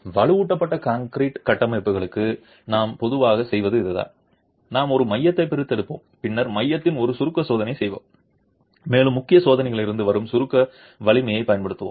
வலுவூட்டப்பட்ட கான்கிரீட் கட்டமைப்புகளுக்கு நாம் பொதுவாக செய்வது இதுதான் நாம் ஒரு மையத்தை பிரித்தெடுப்போம் பின்னர் மையத்தில் ஒரு சுருக்க சோதனை செய்வோம் மேலும் முக்கிய சோதனைகளிலிருந்து வரும் சுருக்க வலிமையைப் பயன்படுத்துவோம்